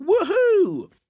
Woohoo